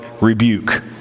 rebuke